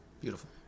beautiful